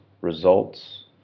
results